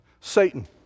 Satan